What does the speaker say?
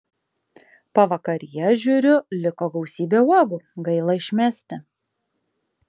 pavakaryje žiūriu liko gausybė uogų gaila išmesti